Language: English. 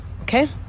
Okay